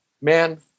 man